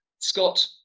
Scott